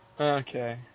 Okay